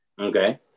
Okay